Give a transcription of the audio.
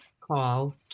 call